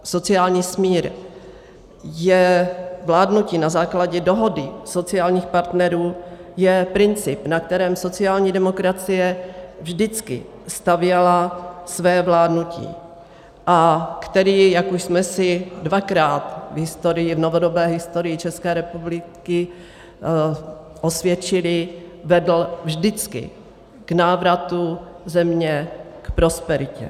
Sociální smír je vládnutí na základě dohody sociálních partnerů, je princip, na kterém sociální demokracie vždycky stavěla své vládnutí a který, jak už jsme si dvakrát v historii, novodobé historii České republiky osvědčili, vedl vždycky k návratu země k prosperitě.